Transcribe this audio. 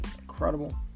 incredible